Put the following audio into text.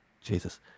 Jesus